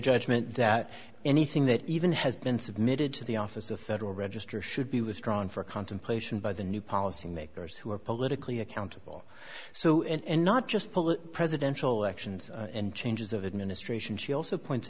judgment that anything that even has been submitted to the office of federal register should be was drawn for contemplation by the new policy makers who are politically accountable so and not just pull presidential actions and changes of administration she also points